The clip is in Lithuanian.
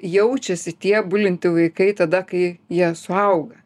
jaučiasi tie bulinti vaikai tada kai jie suauga